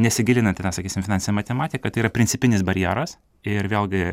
nesigilinant į tą sakysim finansinę matematiką tai yra principinis barjeras ir vėlgi